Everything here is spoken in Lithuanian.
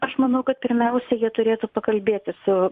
aš manau kad pirmiausia jie turėtų pakalbėti su